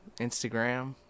Instagram